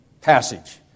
passage